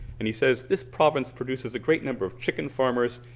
and he says this province produces a great number of chicken farmers,